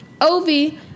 Ovi